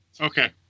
Okay